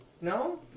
no